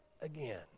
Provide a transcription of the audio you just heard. again